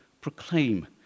proclaim